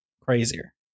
crazier